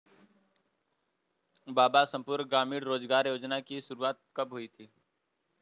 बाबा संपूर्ण ग्रामीण रोजगार योजना की शुरुआत कब हुई थी?